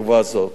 החשובה הזאת.